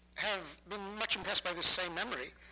have been much impressed by this same memory.